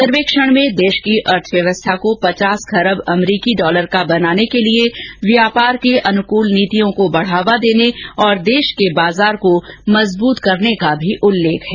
सर्रेक्षण में देश की अर्थव्यवस्था को पचास खरब अमरीकी डॉलर का बनाने के लिए व्यापार के अनुकूल नीतियों को बढ़ावा देने और देश के बाजार को मजबूत करने का भी उल्लेख है